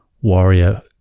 warrior